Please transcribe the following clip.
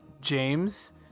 James